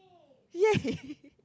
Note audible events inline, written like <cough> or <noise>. yay <laughs>